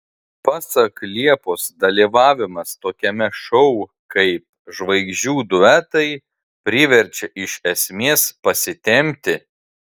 pasak liepos dalyvavimas tokiame šou kaip žvaigždžių duetai priverčia iš esmės pasitempti